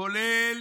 כולל